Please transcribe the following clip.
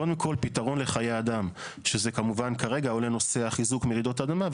קודם כל פתרון לחיי אדם שזה כמובן כרגע הוא לנושא חיזוק מרעידות אדמה,